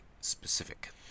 specific